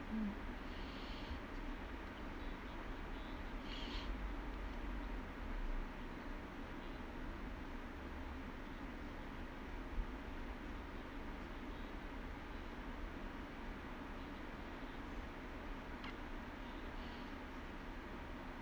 mm